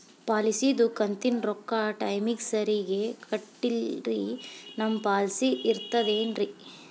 ಪಾಲಿಸಿದು ಕಂತಿನ ರೊಕ್ಕ ಟೈಮಿಗ್ ಸರಿಗೆ ಕಟ್ಟಿಲ್ರಿ ನಮ್ ಪಾಲಿಸಿ ಇರ್ತದ ಏನ್ರಿ?